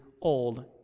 old